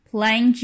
Plain